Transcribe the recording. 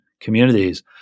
communities